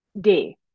day